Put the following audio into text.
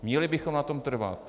Měli bychom na tom trvat.